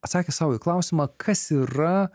atsakė sau į klausimą kas yra